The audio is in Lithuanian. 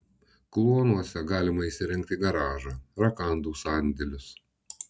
kluonuose galima įsirengti garažą rakandų sandėlius